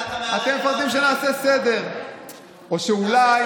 אתם מפחדים שנעשה סדר או שאולי,